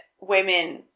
women